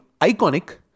iconic